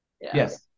yes